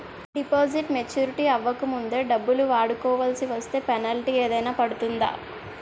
Deposit maturity అవ్వక ముందే డబ్బులు వాడుకొవాల్సి వస్తే పెనాల్టీ ఏదైనా పడుతుందా?